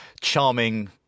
charming